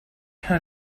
her